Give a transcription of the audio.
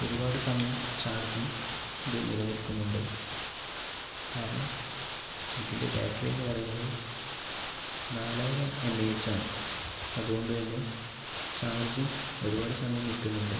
ഒരുപാട് സമയം ചാർജിങ്ങ് ഇത് നിലനിൽക്കുന്നുണ്ട് കാരണം ഇതിൻ്റെ ബാറ്ററി എന്ന് പറയുന്നത് നാലായിരം എം എ എച്ചാണ് അതുകൊണ്ടു തന്നെ ചാർജിങ്ങ് ഒരുപാട് സമയം നിൽക്കുന്നുണ്ട്